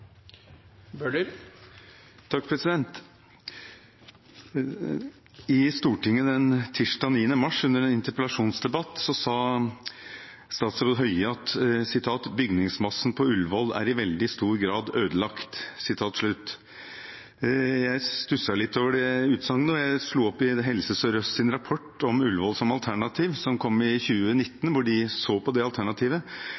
I Stortinget tirsdag 9. mars, under en interpellasjonsdebatt, sa statsråd Høie at «bygningsmassen på Ullevål er i veldig stor grad ødelagt». Jeg stusset litt over det utsagnet, og jeg slo opp i Helse Sør-Østs rapport om Ullevål som alternativ, som kom i